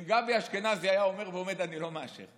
אם גבי אשכנזי היה עומד ואומר: אני לא מאשר,